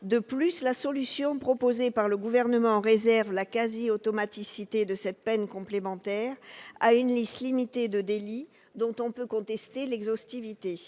De plus, la solution proposée par le Gouvernement réserve la quasi-automaticité de cette peine complémentaire à une liste limitée de délits, dont on peut contester l'exhaustivité.